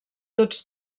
tots